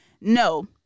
No